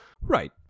Right